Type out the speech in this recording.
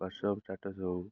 ବା ସବୁ ଷ୍ଟାଟସ୍ ସବୁ ହଉ